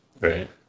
Right